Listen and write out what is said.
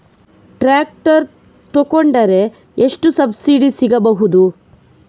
Tractor ತೊಕೊಂಡರೆ ಎಷ್ಟು subsidy ಸಿಗಬಹುದು?